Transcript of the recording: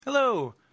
Hello